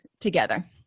together